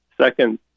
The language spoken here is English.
second